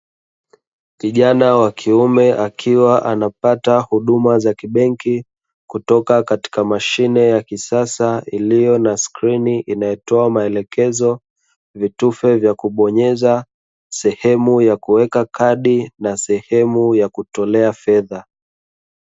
Kijana wa kiume akiwa anapata huduma za kibenki kutoka katika mashine ya kisasa iliyo na skrini inayotoa maelekezo, vitufe vya kubonyeza sehemu ya kuweka kadi na sehemu ya kutolea fedha.